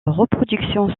reproduction